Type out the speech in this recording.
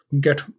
get